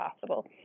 possible